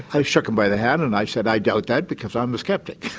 i shook him by the hand and i said, i doubt that because i'm a skeptic.